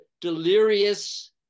delirious